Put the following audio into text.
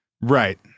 Right